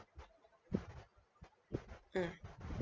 mm